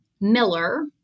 Miller